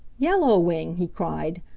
yellow wing! he cried.